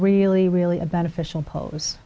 really really a beneficial pose